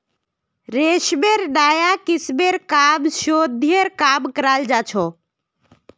रेशमेर नाया किस्मेर पर शोध्येर काम कराल जा छ